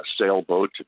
sailboat